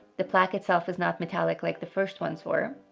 the plaque itself is not metallic like the first ones were,